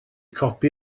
copi